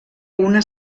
una